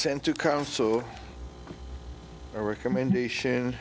send to counsel a recommendation